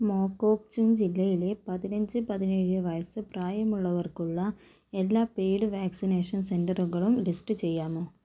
മോഖോക്ചുങ്ങ് ജില്ലയിലെ പതിനഞ്ച് പതിനേഴ് വയസ്സ് പ്രായമുള്ളവർക്കുള്ള എല്ലാ പെയ്ഡ് വാക്സിനേഷൻ സെന്ററുകളും ലിസ്റ്റ് ചെയ്യാമോ